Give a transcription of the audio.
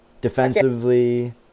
Defensively